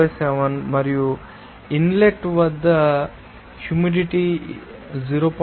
07 మరియు ఇన్లెట్ వద్ద ఉన్న హ్యూమిడిటీ ఏమిటి 0